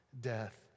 death